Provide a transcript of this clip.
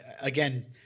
again